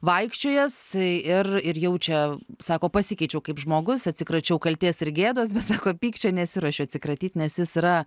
vaikščiojęs ir ir jaučia sako pasikeičiau kaip žmogus atsikračiau kaltės ir gėdos bet sako pykčio nesiruošiu atsikratyt nes jis yra